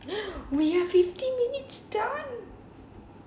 we have fifteen minutes done